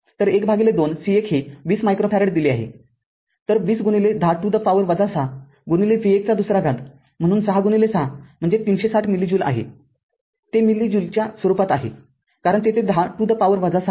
तर१२ c १ हे २० microfarad दिले आहेतर २०१० to the power ६v१२ म्हणून ६६म्हणून ३६० मिली ज्यूल आहे ते मिली ज्यूलच्या स्वरूपात आहे कारण तेथे १० to the power ६ आहे